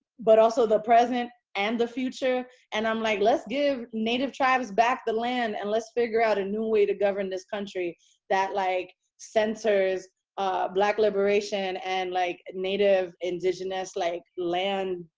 but also the present and the future. and i'm like, let's give native tribes back the land and let's figure out a new way to govern this country that like centers black liberation and like native, indigenous, like land,